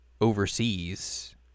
overseas